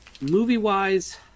movie-wise